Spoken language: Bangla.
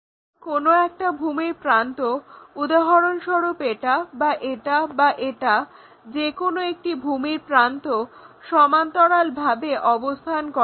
যদি কোনো একটা ভূমির প্রান্ত উদাহরণস্বরূপ এটা বা এটা বা এটা যে কোনো একটি ভূমি প্রান্ত সমান্তরালভাবে অবস্থান করে